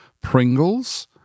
Pringles